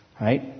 right